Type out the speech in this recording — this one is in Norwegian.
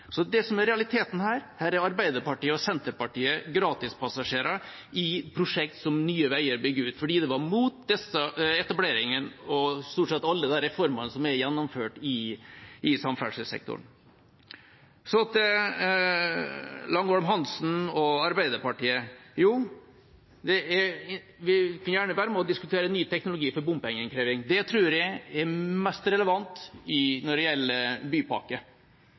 Så til Langholm Hansen og Arbeiderpartiet: Jo, vi kan gjerne være med og diskutere ny teknologi for bompengeinnkreving. Det tror jeg er mest relevant når det gjelder